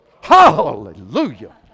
Hallelujah